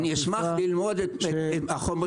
אשמח ללמוד את החומר.